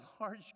large